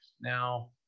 Now